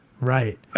Right